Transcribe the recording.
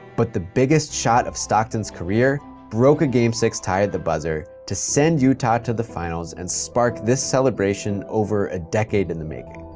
but the biggest shot of stockton's career broke a game six tie at the buzzer to send utah to the finals and spark this celebration over a decade in the making.